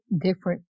different